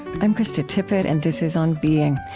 i'm krista tippett and this is on being.